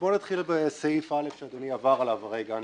נתחיל בסעיף (א) שאדוני עבר עליו הרגע.